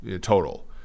total